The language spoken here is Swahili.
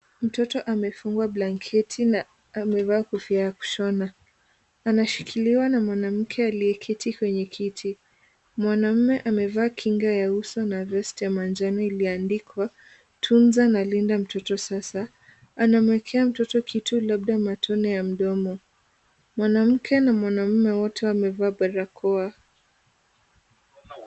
Mtoto amefungwa blanketi na amevaa kofia ya kushona, anashikiliwa na mwanamke aliyeketi kwenye kiti, mwanamme amevaa kinga ya uso na vesti ya manjano iliyoandikwa, tunza na linda mtoto sasa, anamwekea mtoto kitu labda matone ya mdomo, mwanamke na mwanamume wote wamevaa barakoa.